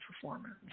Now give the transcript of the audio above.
performance